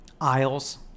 aisles